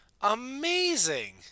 Amazing